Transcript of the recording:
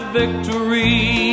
victory